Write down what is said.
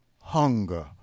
Hunger